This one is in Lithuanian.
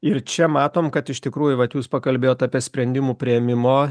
ir čia matom kad iš tikrųjų vat jūs pakalbėjot apie sprendimų priėmimo